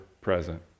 present